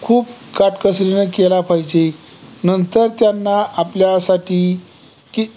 खूप काटकसरीनं केला पाहिजे नंतर त्यांना आपल्यासाठी की